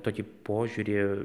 tokį požiūrį